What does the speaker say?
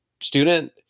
student